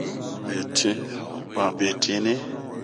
Betinh bun a be tinih.